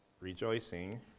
rejoicing